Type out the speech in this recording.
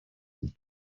look